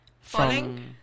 Falling